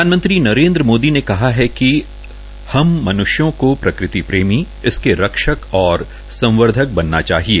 प्रधानमंत्री नरेन्द्र मोदी ने कहा है कि हम मन्ष्यों को प्रकृति प्रेमी इसके रक्षक और संवर्धक बनना चाहिए